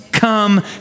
Come